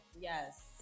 Yes